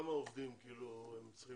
כמה עובדים צריכים?